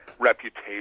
reputation